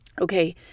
okay